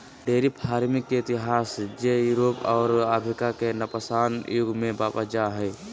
dairy farming के इतिहास जे यूरोप और अफ्रीका के नवपाषाण युग में वापस जा हइ